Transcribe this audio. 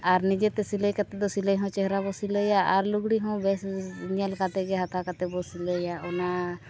ᱟᱨ ᱱᱤᱡᱮᱛᱮ ᱥᱤᱞᱟᱹᱭ ᱠᱟᱛᱮᱫ ᱫᱚ ᱥᱤᱞᱟᱹᱭ ᱦᱚᱸ ᱪᱮᱦᱨᱟ ᱠᱚ ᱥᱤᱞᱟᱹᱭᱟ ᱟᱨ ᱞᱩᱜᱽᱲᱤ ᱦᱚᱸ ᱵᱮᱥ ᱧᱮᱞ ᱠᱟᱛᱮᱫ ᱜᱮ ᱦᱟᱛᱟᱣ ᱠᱟᱛᱮᱫ ᱵᱚ ᱥᱤᱞᱟᱹᱭᱟ ᱚᱱᱟ